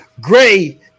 Gray